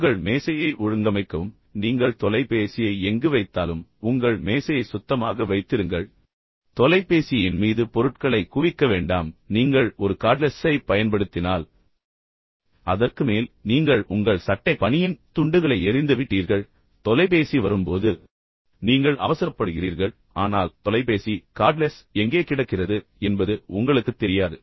உங்கள் மேசையை ஒழுங்கமைக்கவும் நீங்கள் தொலைபேசியை எங்கு வைத்தாலும் உங்கள் மேசையை சுத்தமாக வைத்திருங்கள் தொலைபேசியியின் மீது பொருட்களை குவிக்க வேண்டாம் குறிப்பாக நீங்கள் ஒரு கார்ட்லெஸ்ஸை பயன்படுத்தினால் எனவே அதற்கு மேல் நீங்கள் உங்கள் சட்டை அல்லது பனியன் மற்றும் துண்டுகளை எறிந்துவிட்டீர்கள் பின்னர் தொலைபேசி வரும்போது நீங்கள் அவசரப்படுகிறீர்கள் பின்னர சத்தம் கேட்கிறது ஆனால் தொலைபேசி எங்கே கிடக்கிறது கார்ட்லெஸ் எங்கே கிடக்கிறது என்பது உங்களுக்குத் தெரியாது